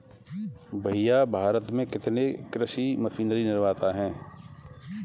भैया भारत में कितने कृषि मशीनरी निर्माता है?